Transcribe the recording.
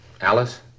Alice